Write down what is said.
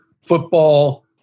football